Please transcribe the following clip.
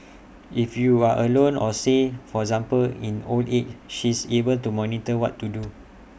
if you are alone or say for example in old age she is able to monitor what to do